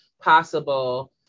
possible